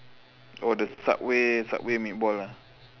oh the subway subway meatball ah